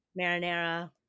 Marinara